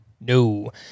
No